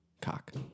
Cock